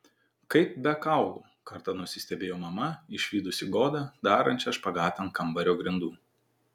kaip be kaulų kartą nusistebėjo mama išvydusi godą darančią špagatą ant kambario grindų